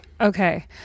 Okay